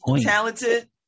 talented